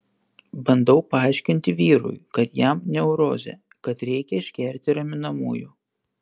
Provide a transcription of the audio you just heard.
bandau paaiškinti vyrui kad jam neurozė kad reikia išgerti raminamųjų